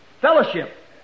fellowship